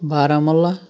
Baramulla